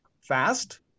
fast